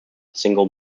single